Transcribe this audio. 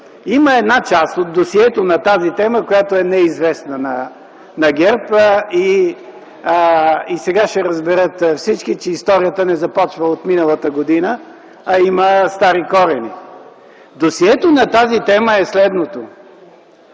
Има една част от досието на тази тема, неизвестна на ГЕРБ. Сега всички ще разберат, че историята не започва от миналата година, а има стари корени. Досието на темата е следното.